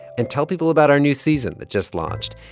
and tell people about our new season that just launched.